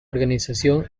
organización